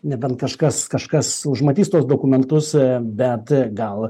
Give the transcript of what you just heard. nebent kažkas kažkas užmatys tuos dokumentus bet gal